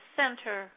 center